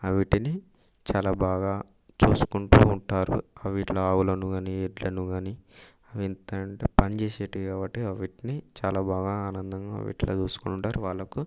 అవిటిని చాలా బాగా చూసుకుంటూ ఉంటారు అవిట్లా ఆవులను కానీ ఎడ్లను కానీ ఎంత అంటే పని చేసేటివి కాబట్టి అవిట్ని చాలా బాగా ఆనందంగా ఇట్లా చూసుకొని ఉంటారు వాళ్ళకు